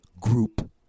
group